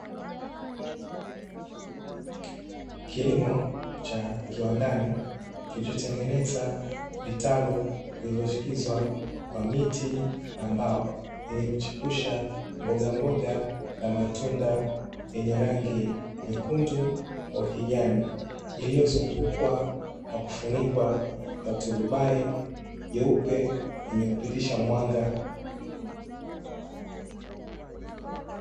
Kilimo cha kiwandani kilichotengeneza vitalu vilivyoshikizwa kwa miti ya mbao yenye kuchipusha mbogamboga na matunda yenye rangi nyekundu kwa kijani, iliyozungukwa na kufunikwa kwa turubai jeupe zenye kupitisha mwanga.